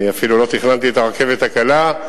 אני אפילו לא תכננתי את הרכבת הקלה,